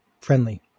friendly